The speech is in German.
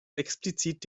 explizit